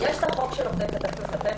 יש את החוק של עובדי כתף אל כתף,